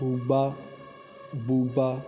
boba boba